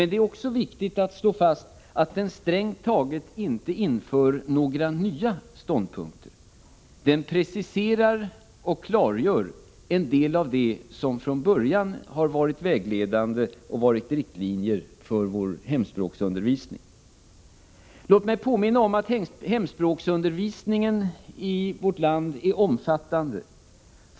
Det är också viktigt att slå fast att där strängt taget inte införs några nya ståndpunkter. Där preciseras och klargörs en del av det som från början har varit vägledande och utgjort riktlinjer för vår hemspråksundervisning. Låt mig påminna om att hemspråksundervisningen i vårt land är omfattande.